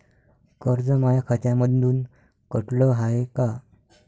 कर्ज माया खात्यामंधून कटलं हाय का?